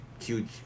huge